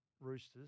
Roosters